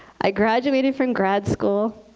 i graduated from grad school.